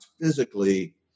physically